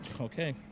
Okay